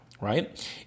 right